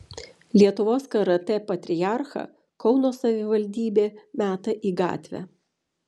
lietuvos karatė patriarchą kauno savivaldybė meta į gatvę